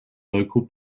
local